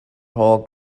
tall